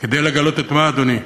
כדי לגלות את מה, אדוני?